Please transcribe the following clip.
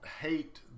hate